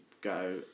go